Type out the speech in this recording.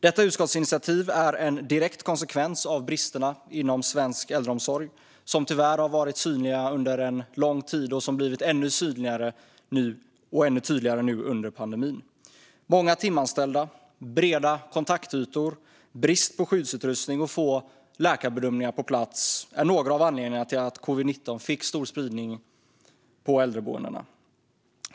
Detta utskottsinitiativ är en direkt konsekvens av bristerna inom svensk äldreomsorg, som tyvärr har varit synliga under en lång tid och som har blivit ännu tydligare nu under pandemin. Många timanställda, breda kontaktytor, brist på skyddsutrustning och få läkarbedömningar på plats är några av anledningarna till att covid-19 fick stor spridning på äldreboendena.